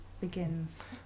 begins